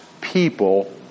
people